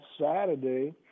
Saturday